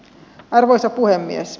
arvoisa puhemies